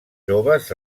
joves